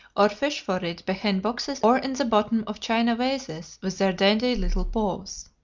or fish for it behind boxes or in the bottom of china vases with their dainty little paws.